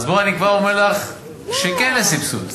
אז כבר אני אומר לך שכן יש סבסוד.